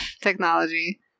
technology